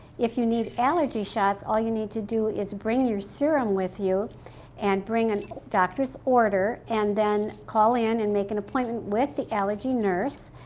if you need allergy shots, all you need to do is bring your serum with you and bring a doctor's order and then call in and make an appointment with the allergy nurse.